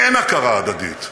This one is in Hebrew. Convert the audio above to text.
אין הכרה הדדית.